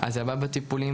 לדעתי,